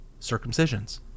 circumcisions